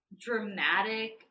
dramatic